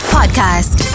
Podcast